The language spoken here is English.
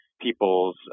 people's